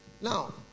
Now